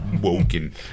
woken